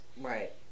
Right